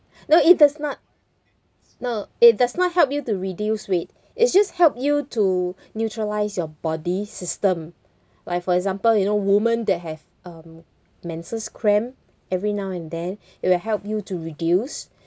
no it does not no it does not help you to reduce weight it's just help you to neutralise your body system like for example you know women that have um menses cramp every now and then it will help you to reduce